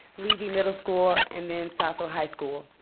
levey middle school, and then southfield high school.